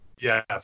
Yes